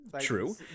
True